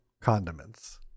condiments